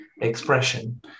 expression